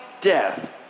death